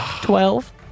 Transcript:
Twelve